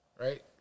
right